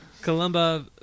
Columba